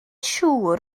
siŵr